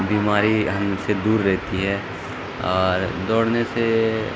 بیماری ہم سے دور رہتی ہے اور دوڑنے سے